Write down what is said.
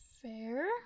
Fair